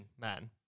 man